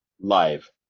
live